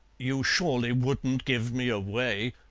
you surely wouldn't give me away?